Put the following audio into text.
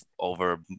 over